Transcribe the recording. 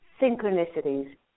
synchronicities